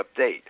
update